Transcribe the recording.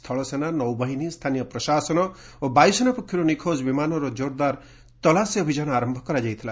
ସ୍ଥଳସେନା ନୌବାହିନୀସ୍ଥାନୀୟ ପ୍ରଶାସନ ଓ ବାୟୁସେନା ପକ୍ଷରୁ ନିଖୋଜ ବିମାନର ଜୋରଦାର ତଲାସୀ ଅଭିଯାନ ଆରମ୍ଭ କରାଯାଇଥିଲା